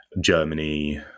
Germany